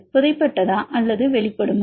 புதை பட்டதா அல்லது வெளிப்படுமா